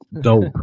dope